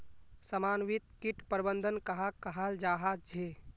समन्वित किट प्रबंधन कहाक कहाल जाहा झे?